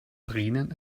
tränen